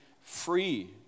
free